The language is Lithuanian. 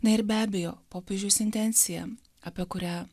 na ir be abejo popiežiaus intencija apie kurią